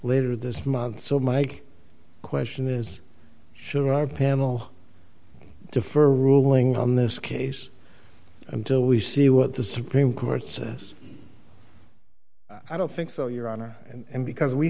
later this month so my question is should our panel defer ruling on this case until we see what the supreme court says i don't think so your honor and because we